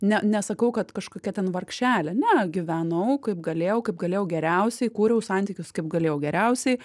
ne nesakau kad kažkokia ten vargšelė ne gyvenau kaip galėjau kaip galėjau geriausiai kūriau santykius kaip galėjau geriausiai